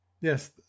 Yes